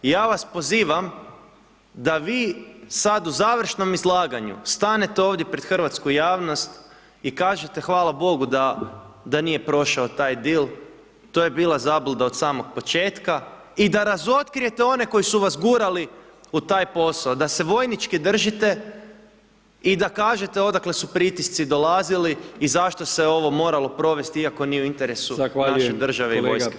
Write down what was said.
Ja vas pozivam da vi sad u završnom izlaganju stanete ovdje pred hrvatsku javnost i kažete hvala Bogu da nije prošao taj dil, to je bila zabluda od samog početka i da razotkrijete one koji su vas gurali u taj posao, da se vojnički držite i da kažete odakle su pritisci dolazili i zašto se ovo moralo provesti iako nije u interesu naše države [[Upadica: Zahvaljujem…]] i vojske.